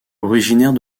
originaire